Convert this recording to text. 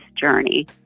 journey